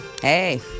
Hey